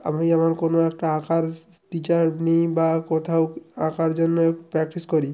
আমি আমার কোনো একটা আঁকার টিচার নিই বা কোথাও আঁকার জন্য প্র্যাকটিস করি